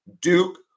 Duke